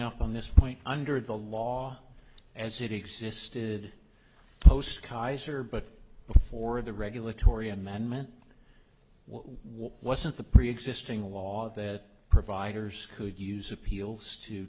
up on this point under the law as it existed post kizer but before the regulatory amendment what wasn't the preexisting law that providers could use appeals to